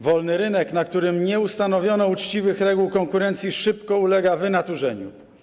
Wolny rynek, na którym nie ustanowiono uczciwych reguł konkurencji, szybko ulega wynaturzeniu.